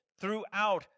throughout